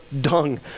dung